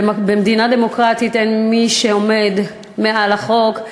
במדינה דמוקרטית אין מי שעומד מעל החוק,